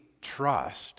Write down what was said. trust